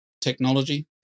Technology